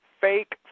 fake